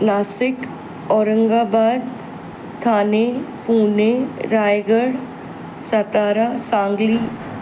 Nashik Aurangabad Thane Pune Raigad Satara Sangli